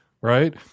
right